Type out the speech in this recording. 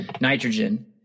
nitrogen